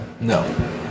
No